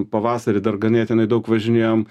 pavasarį dar ganėtinai daug važinėjom